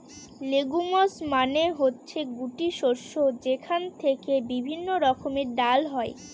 legumes মানে হচ্ছে গুটি শস্য যেখান থেকে বিভিন্ন রকমের ডাল হয়